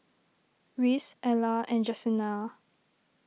Reece Ella and Jesenia